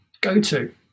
go-to